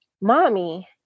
mommy